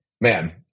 man